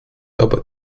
aber